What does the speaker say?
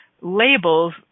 labels